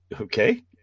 okay